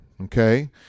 Okay